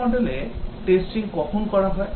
Waterfall model এ testing কখন করা হয়